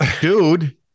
dude